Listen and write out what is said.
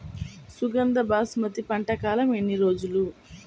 సుగంధ బాసుమతి పంట కాలం ఎన్ని రోజులు?